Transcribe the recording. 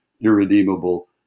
irredeemable